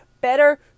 better